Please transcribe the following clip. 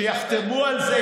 שיחתמו על זה,